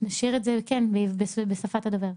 נשאיר את זה בשפת הדובר.